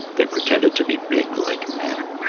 they pretended to be big like men.